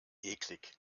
eklig